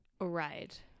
Right